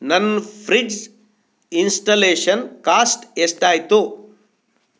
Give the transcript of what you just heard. ನನ್ನ fridge installation cost ಎಷ್ಟಾಯಿತು